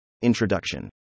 Introduction